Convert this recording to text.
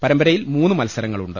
പരമ്പരയിൽ മൂന്ന് മത്സരങ്ങളുണ്ട്